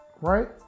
right